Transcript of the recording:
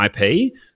IP